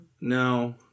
No